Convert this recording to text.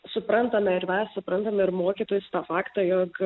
suprantame ir mes suprantame ir mokytojus tą faktą jog